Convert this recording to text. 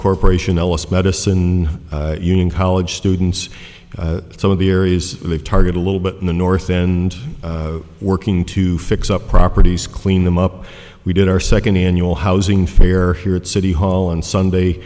corporation ellis medicine union college students some of the areas of target a little bit in the north and working to fix up properties clean them up we did our second annual housing fair here at city hall and sunday